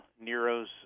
Nero's